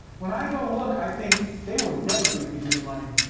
when i go look, i think, they were never going to give you the money.